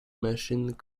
machines